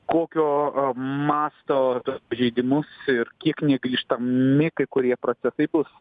kokio masto tuos pažeidimus ir kiek negrįžtami kai kurie procesai bus